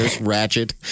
Ratchet